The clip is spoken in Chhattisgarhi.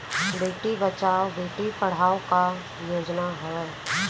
बेटी बचाओ बेटी पढ़ाओ का योजना हवे?